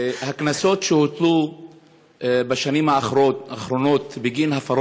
הקנסות שהוטלו בשנים האחרונות בגין הפרת